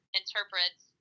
interprets